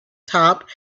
top